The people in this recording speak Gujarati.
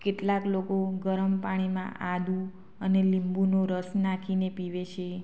કેટલાક લોકો ગરમ પાણીમાં આદું અને લીંબુનો રસ નાખીને પીવે છે